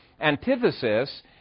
Antithesis